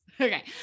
Okay